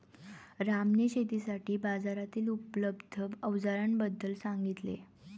रामने शेतीसाठी बाजारातील उपलब्ध अवजारांबद्दल सांगितले